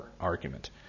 argument